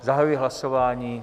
Zahajuji hlasování.